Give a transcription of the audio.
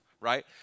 right